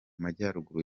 majyaruguru